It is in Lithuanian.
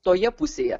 toje pusėje